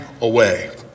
away